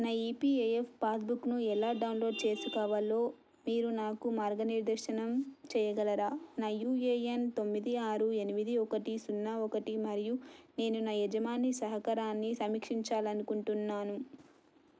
నా ఈపీఏఎఫ్ పాస్బుక్ను ఎలా డౌన్లోడ్ చేసుకోవాలో మీరు నాకు మార్గనిర్దేశనం చేయగలరా నా యూఏఎన్ తొమ్మిది ఆరు ఎనిమిది ఒకటి సున్నా ఒకటి మరియు నేను నా యజమాని సహకారాన్ని సమీక్షించాలనుకుంటున్నాను